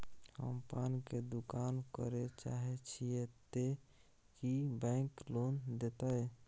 हम पान के दुकान करे चाहे छिये ते की बैंक लोन देतै?